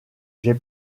j’ai